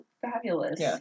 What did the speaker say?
fabulous